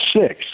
six